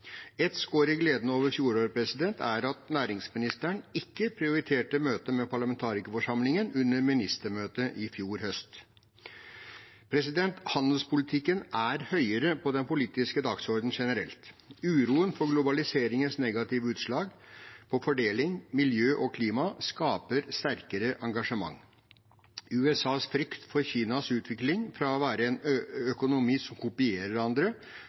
Et skår i gleden over fjoråret er at næringsministeren ikke prioriterte møtet med parlamentarikerforsamlingen under ministermøtet i fjor høst. Handelspolitikken er høyere på den politiske dagsordenen generelt. Uroen for globaliseringens negative utslag på fordeling, miljø og klima skaper sterkere engasjement. USAs frykt for Kinas utvikling fra å være en økonomi som kopierer andre,